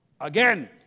again